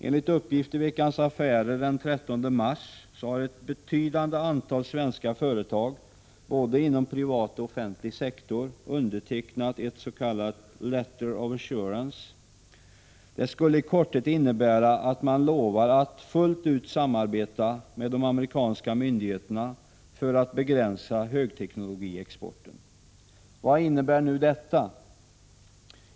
Enligt uppgifter i Veckans Affärer den 13 mars har ett betydande antal svenska företag inom både privat och offentlig sektor undertecknat ett s.k. Letter of Assurance. Det skulle i korthet innebära att man lovar att fullt ut samarbeta med de amerikanska myndigheterna för att begränsa högteknologiexporten. Vad innebär nu detta?